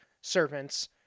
servants